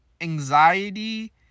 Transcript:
anxiety